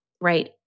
right